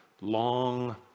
long